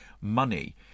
money